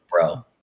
bro